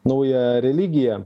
nauja religija